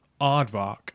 Aardvark